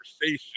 conversation